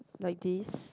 like this